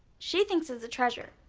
she thinks it's a treasure.